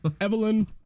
Evelyn